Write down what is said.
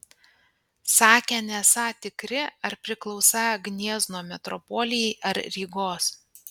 sakę nesą tikri ar priklausą gniezno metropolijai ar rygos